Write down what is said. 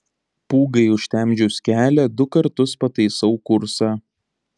pūgai užtemdžius kelią du kartus pataisau kursą